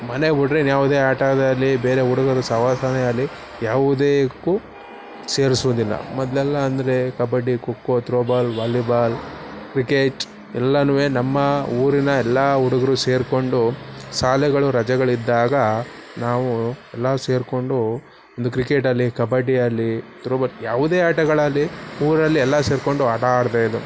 ಮನೆ ಬಿಟ್ಟರೆ ಇನ್ನು ಯಾವುದೇ ಆಟ ಆಗಲಿ ಬೇರೆ ಹುಡುಗರ ಸಹವಾಸವೇ ಆಗಲಿ ಯಾವುದಕ್ಕೂ ಸೇರಿಸುವುದಿಲ್ಲ ಮೊದಲೆಲ್ಲ ಅಂದರೆ kabaddi kho kho throwball volleyball cricket ಎಲ್ಲನೂ ನಮ್ಮ ಊರಿನ ಎಲ್ಲ ಹುಡುಗರು ಸೇರಿಕೊಂಡು ಶಾಲೆಗಳು ರಜೆಗಳಿದ್ದಾಗ ನಾವು ಎಲ್ಲ ಸೇರಿಕೊಂಡು ಒಂದು ಕ್ರಿಕೆಟ್ ಆಗಲಿ ಕಬಡ್ಡಿ ಆಗಲಿ ತ್ರೋ ಬಾಲ್ ಯಾವುದೇ ಆಟಗಳಾಗಲಿ ಊರಲ್ಲಿ ಎಲ್ಲ ಸೇರಿಕೊಂಡು ಆಟ ಆಡ್ತಾಯಿದ್ದೋ